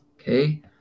Okay